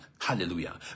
hallelujah